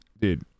dude